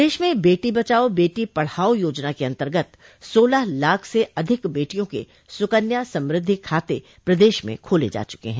प्रदश में बेटी बचाओं बेटी पढ़ाओं योजना के अन्तर्गत सोलह लाख से अधिक बेटियों के सुकन्या समृद्धि खाते प्रदेश में खोले जा चुके है